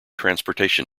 transportation